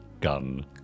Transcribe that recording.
gun